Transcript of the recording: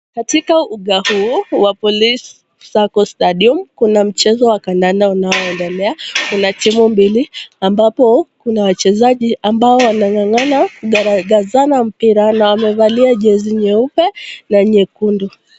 Katika uga huu wa Polica Sacco Stadium, kuna mchezo wa kandanda unaoendelea. Kuna timu mbili ambapo kuna wachezaji ambao wanang'ang'ana kugaragazana mpira, na wamevalia jezi nyeupe na nyekundu.